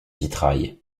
vitrail